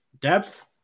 depth